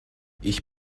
ich